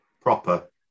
proper